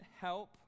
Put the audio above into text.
help